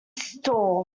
store